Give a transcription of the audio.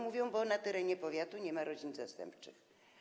Mówią: bo na terenie powiatu nie ma rodzin zastępczych.